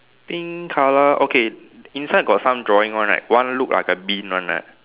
pink colour okay inside got some drawing one right one look like a bin one right